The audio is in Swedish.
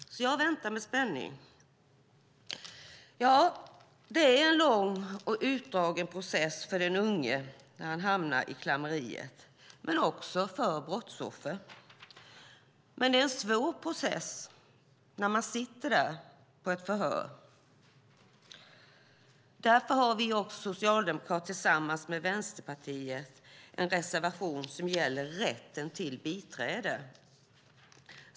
Jag väntar med spänning. Ja, det är en lång och utdragen process för den unge att komma i klammeri, men det gäller också för brottsoffer. Det är en svår process att sitta i förhör. Därför har vi socialdemokrater tillsammans med Vänsterpartiet en reservation som gäller rätten till biträde.